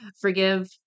Forgive